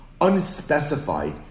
unspecified